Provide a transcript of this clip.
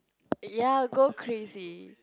ya go crazy